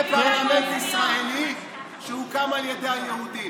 זה פרלמנט ישראלי שהוקם על ידי היהודים.